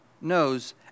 knows